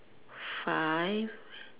five